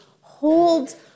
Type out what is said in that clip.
hold